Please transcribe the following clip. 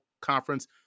Conference